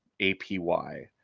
APY